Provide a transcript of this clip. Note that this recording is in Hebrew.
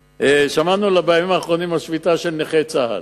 שמענו בימים האחרונים על השביתה של נכי צה"ל.